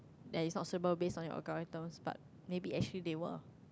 that is not suitable based on your algorithms but maybe actually they were